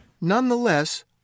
Nonetheless